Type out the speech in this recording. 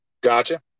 Gotcha